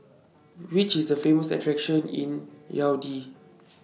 Which IS The Famous attractions in Yaounde